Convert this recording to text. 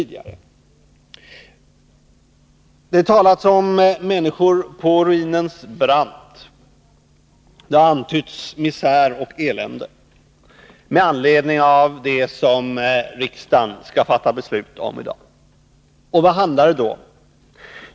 Det har talats om människor på ruinens brant, och det har antytts misär och elände med anledning av det som riksdagen skall fatta beslut om i dag. Vad handlar det då om?